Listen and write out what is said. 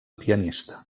pianista